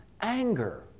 anger